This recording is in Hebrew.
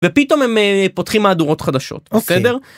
ופתאום הם פותחים מהדורות חדשות. בסדר?